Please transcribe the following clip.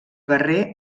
guerrer